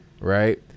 right